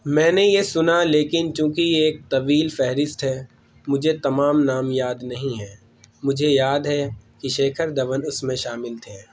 میں نے یہ سنا لیکن چونکہ یہ ایک طویل فہرست ہے مجھے تمام نام یاد نہیں ہیں مجھے یاد ہے کہ شکھر دھون اس میں شامل تھے